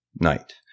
night